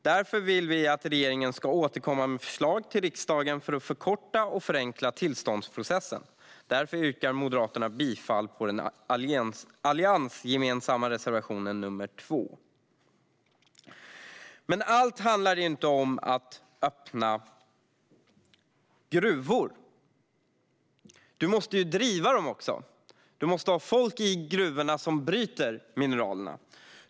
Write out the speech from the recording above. Därför vill vi att regeringen ska återkomma med förslag till riksdagen för att förkorta och förenkla tillståndsprocessen. Därför yrkar Moderaterna bifall till reservation 2, som är alliansgemensam. Allt handlar dock inte om att öppna gruvor - du måste driva dem också. Du måste ha folk i gruvorna som bryter mineralerna.